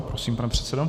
Prosím, pane předsedo.